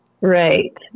Right